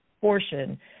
portion